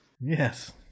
Yes